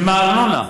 מהארנונה,